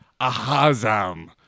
Ahazam